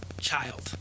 child